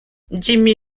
jimmy